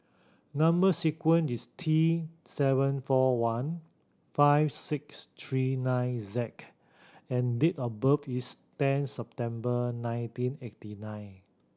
number sequence is T seven four one five six three nine Z and date of birth is ten September nineteen eighty nine